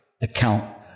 account